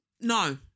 no